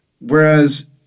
Whereas